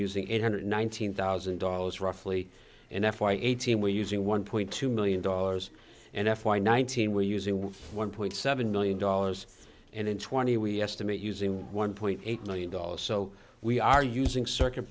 using eight hundred nineteen thousand dollars roughly in f y eighteen we using one point two million dollars and f y nineteen we're using one point seven million dollars and in twenty we estimate using one point eight million dollars so we are using circuit